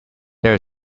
there